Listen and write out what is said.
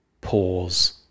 pause